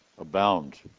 abound